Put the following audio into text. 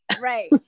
right